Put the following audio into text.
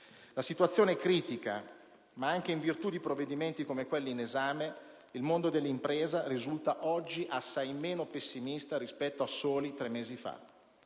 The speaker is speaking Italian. La situazione è critica, ma anche in virtù di provvedimenti come quello in esame il mondo dell'impresa risulta oggi assai meno pessimista rispetto a soli tre mesi fa.